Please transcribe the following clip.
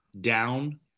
down